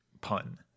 pun